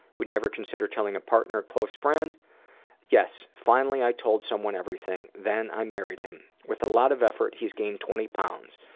would you ever consider telling a partner or close friend yes. finally i told someone everything, then i married him. with a lot of effort he's gained twenty pounds.